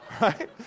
Right